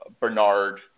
Bernard